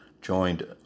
joined